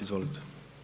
Izvolite.